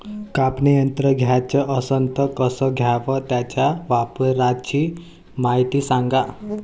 कापनी यंत्र घ्याचं असन त कस घ्याव? त्याच्या वापराची मायती सांगा